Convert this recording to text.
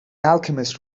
alchemist